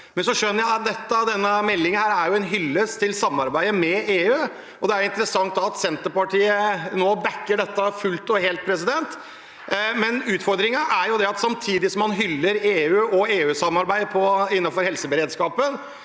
Jeg skjønner at denne meldingen er en hyllest til samarbeidet med EU. Det er interessant at Senterpartiet nå backer dette fullt og helt. Utfordringen er at samtidig som man hyller EU og EU-samarbeidet innenfor helseberedskapen,